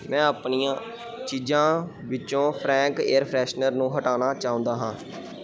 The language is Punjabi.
ਮੈਂ ਆਪਣੀਆਂ ਚੀਜ਼ਾਂ ਵਿੱਚੋਂ ਫਰੈਂਕ ਏਅਰ ਫਰੈਸ਼ਨਰ ਨੂੰ ਹਟਾਉਣਾ ਚਾਹੁੰਦਾ ਹਾਂ